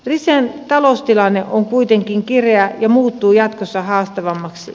risen taloustilanne on kuitenkin kireä ja muuttuu jatkossa haastavammaksi